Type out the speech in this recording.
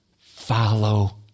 follow